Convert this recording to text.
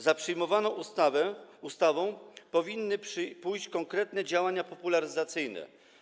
Za przyjmowaną ustawą powinny pójść konkretne działania popularyzacyjne.